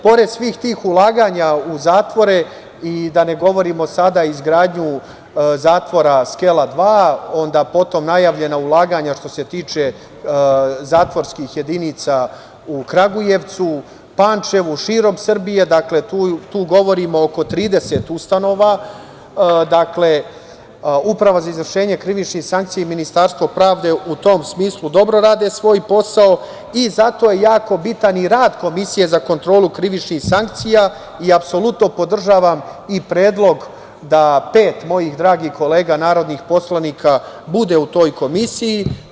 Pored svih tih ulaganja u zatvore i da ne govorimo sada o izgradnji zatvora Skela 2, onda potom najavljena ulaganja što se tiče zatvorskih jedinica, u Kragujevcu, Pančevu, širom Srbije i tu govorim oko 30 ustanova, dakle, uprava za izvršenje krivičnih sankcija i Ministarstvo pravde u tom smislu dobro rade svoj posao i zato je jako bitan i rad Komisije za kontrolu krivičnih sankcija i apsolutno podržavam i predlog da pet mojih dragih kolega, narodnih poslanika bude u toj komisiji.